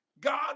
God